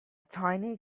tiny